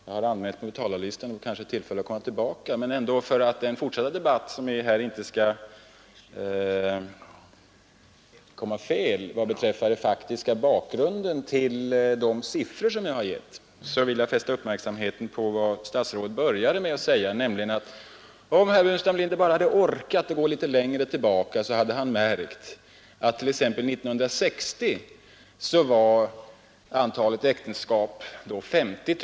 Jag har emellertid anmält mig på talarlistan och får tillfälle att komma tillbaka. För att den fortsatta debatten inte skall komma fel vad beträffar den faktiska bakgrunden till de siffror som jag har nämnt vill jag fästa uppmärksamheten på vad statsrådet började med att säga, nämligen att ”om herr Burenstam Linder bara hade orkat gå lite längre tillbaka hade han märkt att t.ex. 1960 var antalet äktenskap 50 000”.